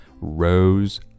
Rose